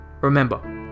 Remember